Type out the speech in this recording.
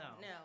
no